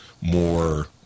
more